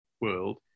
world